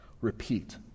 Repeat